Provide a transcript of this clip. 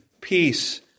peace